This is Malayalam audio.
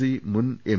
സി മുൻ എം